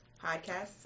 Podcasts